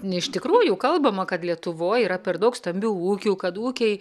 ne iš tikrųjų kalbama kad lietuvoje yra per daug stambių ūkių kad ūkiai